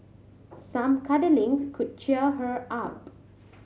some cuddling could cheer her up